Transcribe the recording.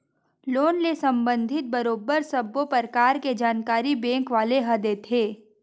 loan ले संबंधित बरोबर सब्बो परकार के जानकारी बेंक वाले ह देथे